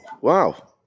Wow